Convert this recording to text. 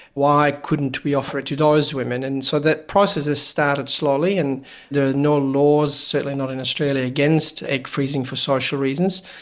why couldn't we offer it to those women. and so the process started slowly, and there are no laws, certainly not in australia, against egg freezing for social reasons,